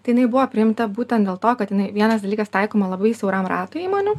tai jinai buvo priimta būtent dėl to kad jinai vienas dalykas taikoma labai siauram ratui įmonių